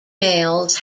males